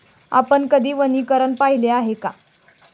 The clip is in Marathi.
आपण कधी वनीकरण पाहिले आहे का?